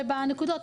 ובנקודות,